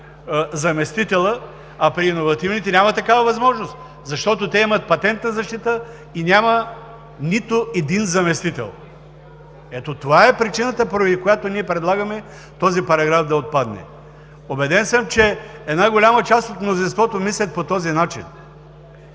а при иновативните няма такава възможност, защото те имат патентна защита и няма нито един заместител. Ето, това е причината, поради която ние предлагаме този параграф да отпадне. Убеден съм, че една голяма част от мнозинството мислят по този начин.